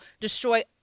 Destroy